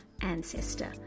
Ancestor